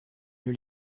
lieu